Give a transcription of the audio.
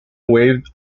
waived